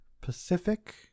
Pacific